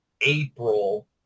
April